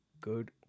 Good